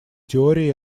теории